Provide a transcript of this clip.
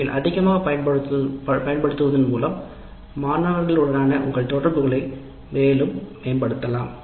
நீங்கள் அதிகமாக பயன்படுத்துவதன் மூலம் மாணவர்களுடனான உங்கள் தொடர்புகளை மேலும் மேம்படுத்தலாம்